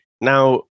Now